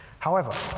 however,